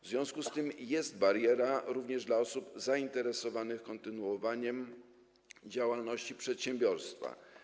W związku z tym jest bariera również dla osób zainteresowanych kontynuowaniem działalności przedsiębiorstwa.